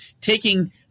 taking